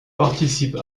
participe